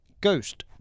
Ghost